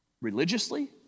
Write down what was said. Religiously